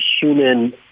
human